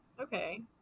okay